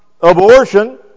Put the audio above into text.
abortion